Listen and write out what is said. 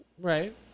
Right